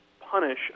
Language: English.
punish